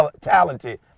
talented